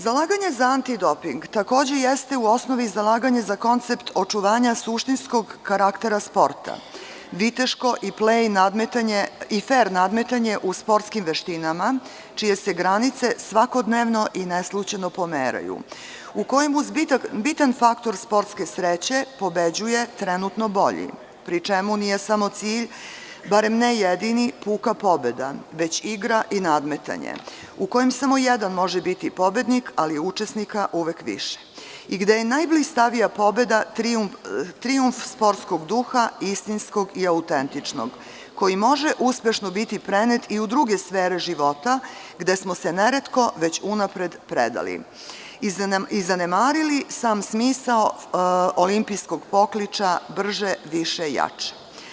Zalaganje za antidoping takođe jeste u osnovi zalaganje za koncept očuvanja suštinskog karaktera sporta, viteštvo i fer nadmetanje u sportskim veštinama, čije se granice svakodnevno i neslućeno pomeraju, u kojem uz bitan faktor sportske sreće pobeđuje trenutno bolji, pri čemu nije samo cilj, bar ne jedini, puka pobeda, već igra i nadmetanje, u kojem samo jedan može biti pobednik, ali je učesnika mnogo više i gde je najblistavija pobeda trijumf sportskog duha, istinskog i autentičnog, koji može uspešno biti prenet i u druge sfere života, gde smo se neretko već unapred predali i zanemarili sam smisao olimpijskog pokliča – brže, više, jače.